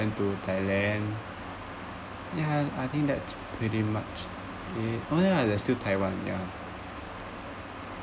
went to thailand yeah I think that pretty much okay oh yeah there are still taiwan ya